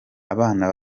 abana